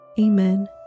Amen